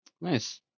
Nice